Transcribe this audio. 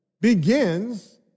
begins